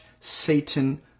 Satan